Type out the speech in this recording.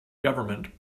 government